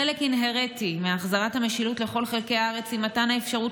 חלק אינהרנטי מהחזרת המשילות לכל חלקי הארץ הוא מתן האפשרות